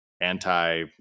anti